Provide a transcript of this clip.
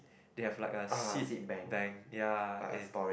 they have like a seed then their if